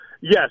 yes